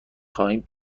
خواهیم